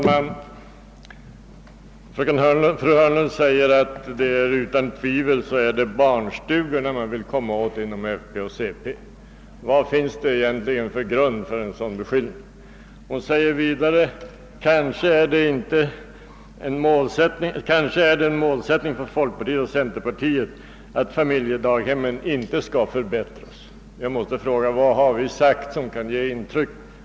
Herr talman! Fru Hörnlund säger att det utan tvivel är barnstugorna som man inom folkpartiet och centerpartiet vill komma åt. Vad finns det egentligen för grund för en sådan beskyllning? Hon säger vidare att det kanske är en målsättning för folkpartiet och centerpartiet att familjedaghemmen inte skall förbättras. Jag måste fråga vad vi har sagt som kan ge detta intryck.